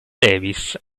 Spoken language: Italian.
davis